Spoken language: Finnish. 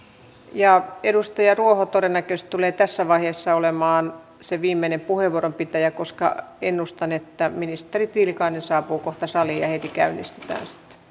edustaja ruoho todennäköisesti tulee tässä vaiheessa olemaan se viimeinen puheenvuoron pitäjä koska ennustan että ministeri tiilikainen saapuu kohta saliin ja heti käynnistetään sitten